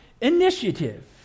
initiative